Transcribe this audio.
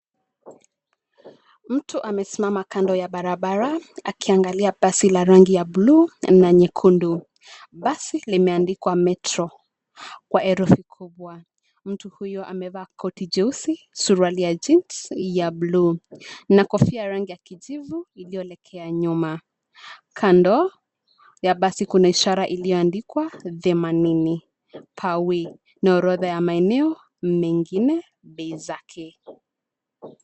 Mtu amesimama kando ya barabara akiangalia basi la rangi ya bluu, na nyekundu. Basi limeandikwa Metro, kwa herufi kubwa. Mtu huyo amevaa koti jeusi, suruali ya jeans ya bluu, na kofia rangi ya kijivu iliyolekea nyuma. Kando ya basi kuna ishara iliyoandikwa themanini pawi na orodha ya maeneo mengine, bei zake.